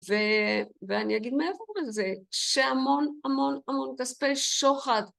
ואני אגיד מעבר לזה שהמון המון המון כספי שוחד.